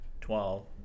twelve